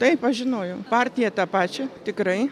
taip aš žinojau partiją tą pačią tikrai